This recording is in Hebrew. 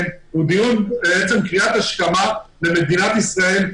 הוא מעין קריאת השכמה למדינת ישראל,